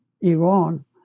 Iran